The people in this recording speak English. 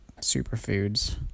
superfoods